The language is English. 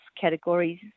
categories